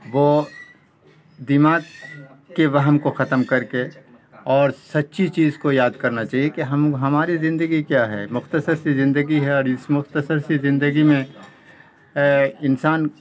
وہ دماغ کے وہم کو ختم کر کے اور سچی چیز کو یاد کرنا چاہیے کہ ہم ہماری زندگی کیا ہے مختصر سی زندگی ہے اور اس مختصر سی زندگی میں انسان